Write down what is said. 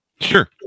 Sure